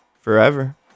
forever